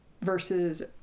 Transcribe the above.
Versus